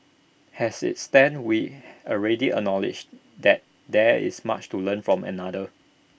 as IT stands we already acknowledge that there is much to learn from others